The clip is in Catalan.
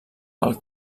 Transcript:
pel